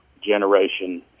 Generation